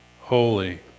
holy